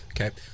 Okay